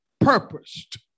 Purposed